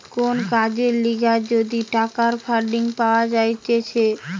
কোন কাজের লিগে যদি টাকার ফান্ডিং পাওয়া যাইতেছে